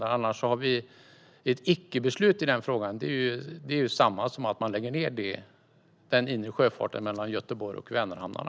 Annars har vi ett icke-beslut i denna fråga, och det är detsamma som att lägga ned den inre sjöfarten mellan Göteborg och Vänerhamnarna.